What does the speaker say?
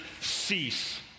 cease